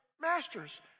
masters